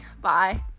Bye